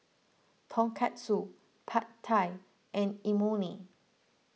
Tonkatsu Pad Thai and Imoni